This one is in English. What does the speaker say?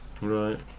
Right